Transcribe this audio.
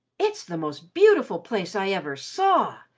it's the most beautiful place i ever saw!